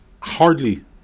hardly